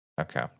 Okay